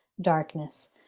darkness